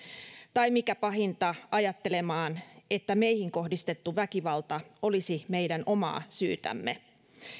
tai mikä pahinta ajattelemaan että meihin kohdistettu väkivalta olisi meidän omaa syytämme